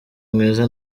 mwiza